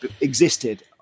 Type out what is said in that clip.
existed